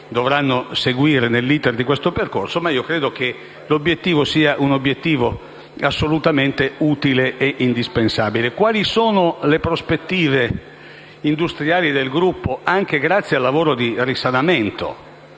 dovranno seguire l'*iter* di questo percorso; ma credo che l'obiettivo sia assolutamente utile e indispensabile. Quali sono le prospettive industriali del Gruppo, anche grazie al lavoro, fatto